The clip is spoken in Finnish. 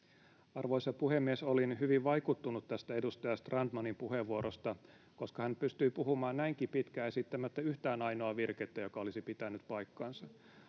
Arvoisa puhemies! Olin hyvin vaikuttunut tästä edustaja Strandmanin puheenvuorosta, koska hän pystyi puhumaan näinkin pitkään esittämättä yhtään ainoaa virkettä, joka olisi pitänyt paikkansa.